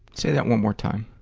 say that one more time.